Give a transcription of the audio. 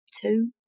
two